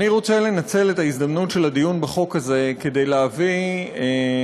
אני רוצה לנצל את ההזדמנות של הדיון בחוק הזה כדי להביא לכנסת